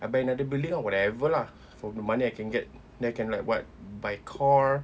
I buy another building or whatever lah from the money I can get then I can like what buy car